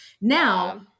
Now